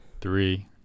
Three